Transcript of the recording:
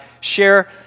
share